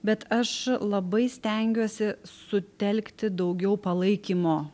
bet aš labai stengiuosi sutelkti daugiau palaikymo